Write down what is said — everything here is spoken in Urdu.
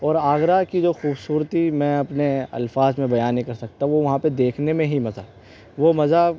اور آگرہ کی جو خوبصورتی میں اپنے الفاظ میں بیان نہیں کر سکتا وہ وہاں پہ دیکھنے ہی میں مزہ وہ مزہ